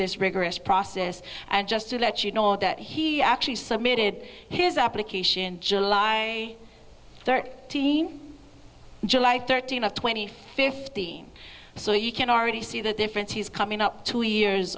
this rigorous process and just to let you know that he actually submitted his application july thirteenth july thirteenth twenty fifteen so you can already see the difference he's coming up two years